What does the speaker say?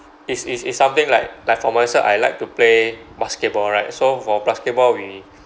it's it's it's something like like for myself I like to play basketball right so for basketball we